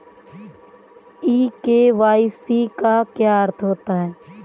ई KYC का क्या अर्थ होता है?